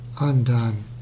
undone